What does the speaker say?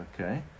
Okay